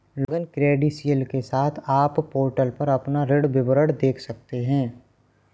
login credential के साथ, आप पोर्टल पर अपना ऋण विवरण देख सकते हैं